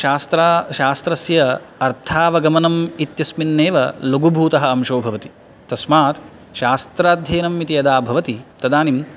शास्त्र शास्त्रस्य अर्थावगमनम् इत्यस्मिन्नेव लघुभूतः अंशो भवति तस्मात् शास्त्राध्ययनम् इति यदा भवति तदानीं